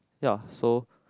ya so